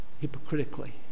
hypocritically